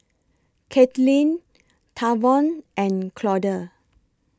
Katelynn Tavon and Claude